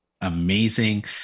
amazing